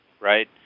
right